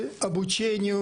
הקורונה,